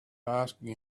asking